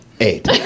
eight